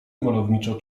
malowniczo